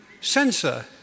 censor